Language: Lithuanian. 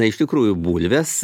na iš tikrųjų bulvės